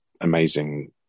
amazing